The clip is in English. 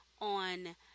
on